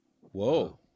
whoa